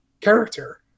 character